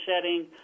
setting